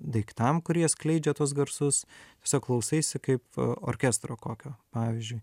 daiktam kurie skleidžia tuos garsus siog klausaisi kaip orkestro kokio pavyzdžiui